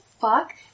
fuck